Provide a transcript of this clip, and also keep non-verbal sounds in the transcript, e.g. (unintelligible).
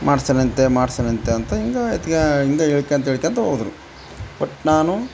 ಮಾಡ್ಸೋಣಂತೆ ಮಾಡ್ಸೋಣಂತೆ ಅಂತ (unintelligible) ಹಿಂಗೆ ಹೇಳ್ಕೋತ್ ಹೇಳ್ಕೋತ್ ಹೋದ್ರು ಬಟ್ ನಾನು